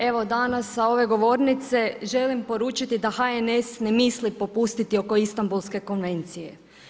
Evo danas sa ove govornice želim poručiti da HNS ne misli popustiti oko Istanbulske konvencije.